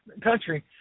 country